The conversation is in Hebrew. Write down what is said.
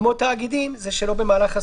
בהתחשב גם ביכולתו הכלכלית של